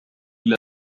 إلى